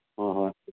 ꯍꯣꯏ ꯍꯣꯏ